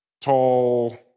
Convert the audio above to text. tall